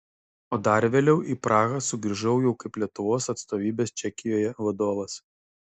o dar vėliau į prahą sugrįžau jau kaip lietuvos atstovybės čekijoje vadovas